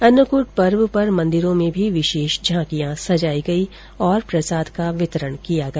अन्नकूट पर्व पर मंदिरो में भी विशेष झांकियां सजाई गई और प्रसाद का वितरण किया गया